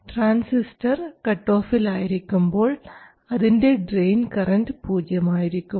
transistor കട്ടോഫിൽ ആയിരിക്കുമ്പോൾ അതിൻറെ ഡ്രയിൻ കറൻറ് പൂജ്യമായിരിക്കും